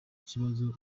kibazo